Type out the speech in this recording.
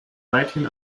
weithin